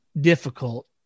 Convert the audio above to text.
difficult